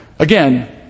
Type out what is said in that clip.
Again